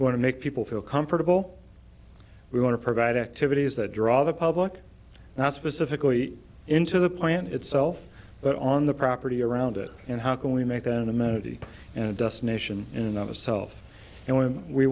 want to make people feel comfortable we want to provide activities that draw the public not specifically into the plant itself but on the property around it and how can we make an amenity and destination in and of itself and when we